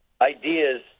ideas